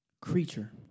creature